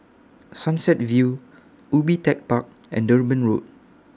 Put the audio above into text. Sunset View Ubi Tech Park and Durban Road